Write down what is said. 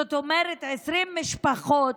זאת אומרת שיש 20 משפחות,